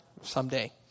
someday